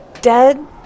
Dead